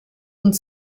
und